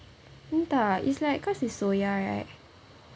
entah it's like cause it's soya right